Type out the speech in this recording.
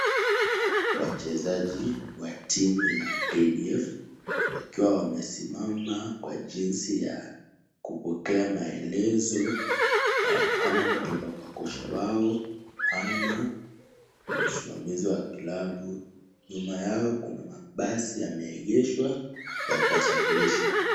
Wachezaji wa timu ya KDF, wakiwa wamesimama kwa jinsi ya kupokea maelezo, kama kutoka kwa kocha wao ama msimamizi wa klabu . Nyuma yao kuna mabasi yameegeshwa ya kuwasafirisha.